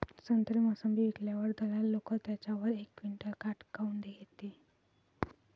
संत्रे, मोसंबी विकल्यावर दलाल लोकं त्याच्यावर एक क्विंटल काट काऊन घेते?